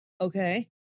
Okay